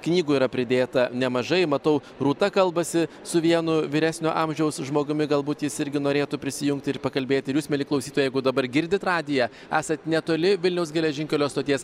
knygų yra pridėta nemažai matau rūta kalbasi su vienu vyresnio amžiaus žmogumi galbūt jis irgi norėtų prisijungti ir pakalbėti ir jūs mieli klausytojai jeigu dabar girdit radiją esat netoli vilniaus geležinkelio stoties